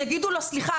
יגידו לו סליחה,